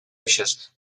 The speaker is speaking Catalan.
eixes